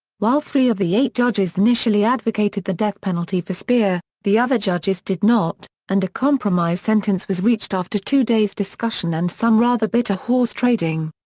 while three of the eight judges initially advocated the death penalty for speer, the other judges did not, and a compromise sentence was reached after two days' discussion and some rather bitter horse-trading.